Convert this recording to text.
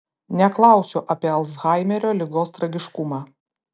neklausiu apie alzhaimerio ligos tragiškumą